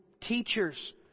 teachers